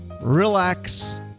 relax